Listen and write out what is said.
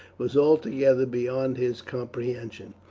was altogether beyond his comprehension.